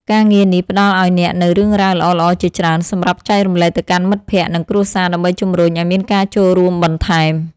ការងារនេះផ្ដល់ឱ្យអ្នកនូវរឿងរ៉ាវល្អៗជាច្រើនសម្រាប់ចែករំលែកទៅកាន់មិត្តភក្តិ និងគ្រួសារ ដើម្បីជម្រុញឱ្យមានការចូលរួមបន្ថែម។